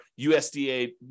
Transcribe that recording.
USDA